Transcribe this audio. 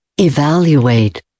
Evaluate